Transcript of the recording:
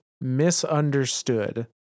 misunderstood